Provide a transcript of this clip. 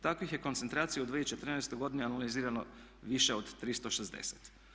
Takvih je koncentracija u 2014.godini analizirano više od 360.